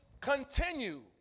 continue